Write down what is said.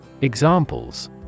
Examples